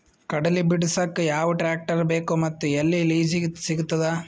ಕಡಲಿ ಬಿಡಸಕ್ ಯಾವ ಟ್ರ್ಯಾಕ್ಟರ್ ಬೇಕು ಮತ್ತು ಎಲ್ಲಿ ಲಿಜೀಗ ಸಿಗತದ?